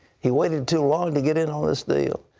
he waited too long to get in on this deal.